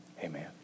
amen